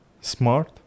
smart